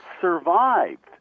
survived